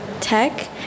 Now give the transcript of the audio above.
tech